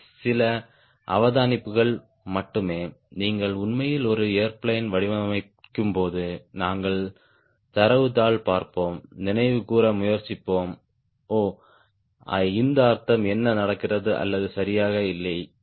இவை சில அவதானிப்புகள் மட்டுமே நீங்கள் உண்மையில் ஒரு ஏர்பிளேன் வடிவமைக்கும்போது நாங்கள் தரவுத்தாள் பார்ப்போம் நினைவுகூர முயற்சிப்போம் ஓ இந்த அர்த்தம் என்ன நடக்கிறது அல்லது சரியாக இல்லை